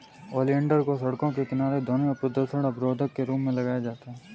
oleander को सड़कों के किनारे ध्वनि और प्रदूषण अवरोधक के रूप में लगाया जाता है